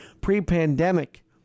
pre-pandemic